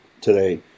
today